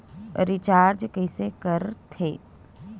Recharge कइसे कर थे?